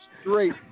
straight